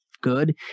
good